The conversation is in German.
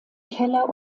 keller